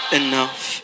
enough